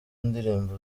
ndirimbo